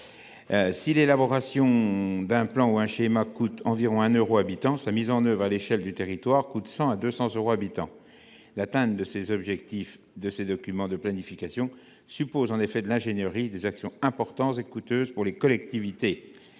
Si l’élaboration d’un plan ou schéma revient environ à 1 euro par habitant, sa mise en œuvre à l’échelle du territoire coûte 100 à 200 euros par habitant. Atteindre les objectifs de ces documents de planification suppose en effet de l’ingénierie et des actions importantes et coûteuses pour les collectivités,